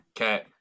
Okay